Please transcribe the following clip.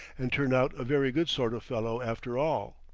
and turn out a very good sort of fellow after all.